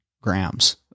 grams